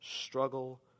struggle